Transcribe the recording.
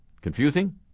Confusing